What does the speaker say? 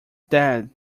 dead